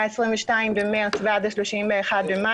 מה-22 במרץ ועד ה-31 במאי,